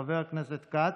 חבר הכנסת כץ,